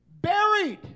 buried